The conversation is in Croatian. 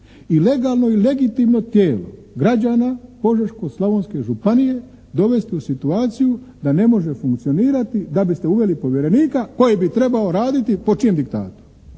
legalno i legitimno tijelo građana Požeško-slavonske županije, dovesti u situaciju da ne može funkcionirati da biste uveli povjerenika koji bi trebao raditi po čijem diktatu,